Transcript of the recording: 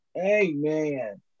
Amen